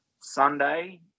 Sunday